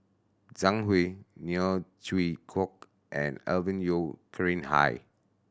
Zhang Hui Neo Chwee Kok and Alvin Yeo Khirn Hai